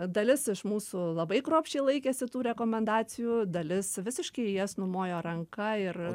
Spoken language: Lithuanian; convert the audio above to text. dalis iš mūsų labai kruopščiai laikėsi tų rekomendacijų dalis visiškai į jas numojo ranka ir